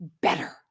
better